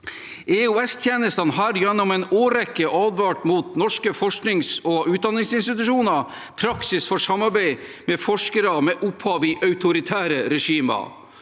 EOS-tjenestene har gjennom en årrekke advart mot norske forsknings- og utdanningsinstitusjoners praksis for samarbeid med forskere med opphav i autoritære regimer,